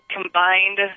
combined